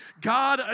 God